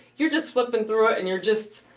you're just flipping through it. and you're just,